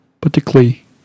particularly